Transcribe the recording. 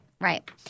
Right